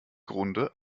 grunde